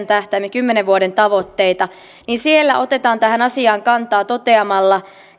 tähtäimen kymmenen vuoden tavoitteita niin siellä otetaan tähän asiaan kantaa toteamalla